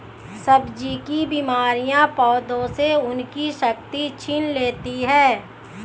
सब्जी की बीमारियां पौधों से उनकी शक्ति छीन लेती हैं